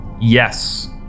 Yes